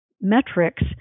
metrics